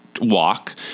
walk